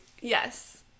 yes